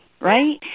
right